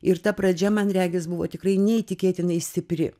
ir ta pradžia man regis buvo tikrai neįtikėtinai stipri